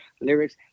lyrics